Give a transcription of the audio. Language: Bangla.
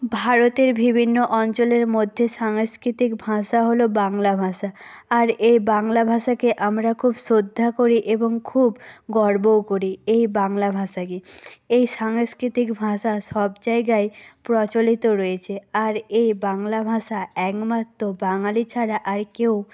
ভারতের বিভিন্ন অঞ্চলের মধ্যে সাংস্কৃতিক ভাষা হল বাংলা ভাষা আর এই বাংলা ভাষাকে আমরা খুব শ্রদ্ধা করি এবং খুব গর্বও করি এই বাংলা ভাষাকে এই সাংস্কৃতিক ভাষা সব জায়গায় প্রচলিত রয়েছে আর এই বাংলা ভাষা একমাত্র বাঙালি ছাড়া আর কেউ